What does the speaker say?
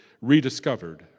rediscovered